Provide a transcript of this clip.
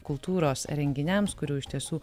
kultūros renginiams kurių iš tiesų